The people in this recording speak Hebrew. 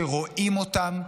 שרואים אותם,